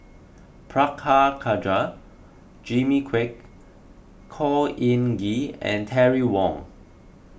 Prabhakara Jimmy Quek Khor Ean Ghee and Terry Wong